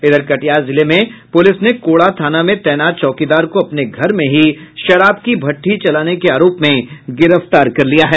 इधर कटिहार जिले में पुलिस ने कोढ़ा थाना में तैनात चौकीदार को अपने घर में ही शराब की भट्टी चलाने के आरोप में गिरफ्तार कर लिया है